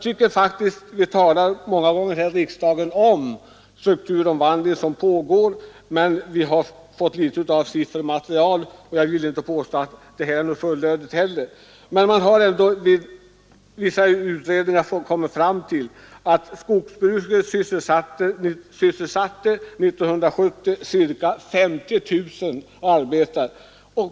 Vi talar många gånger här i riksdagen om den pågående strukturomvandlingen. Men vi har fått för litet siffermaterial, och jag vill inte påstå att det som föreligger här är fullödigt heller, men genom utredningar har det ändå kommit fram att skogsbruket år 1970 sysselsatte ca 50 000 arbetare.